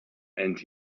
and